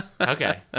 Okay